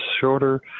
shorter